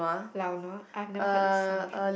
lao-nua I have never heard this lao-nua before